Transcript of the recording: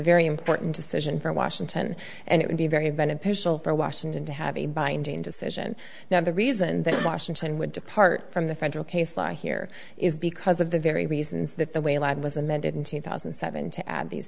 very important decision for washington and it would be very beneficial for washington to have a binding decision now the reason that washington would depart from the federal case law here is because of the very reasons that the way allowed was amended in two thousand and seven to add these